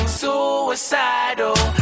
suicidal